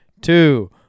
two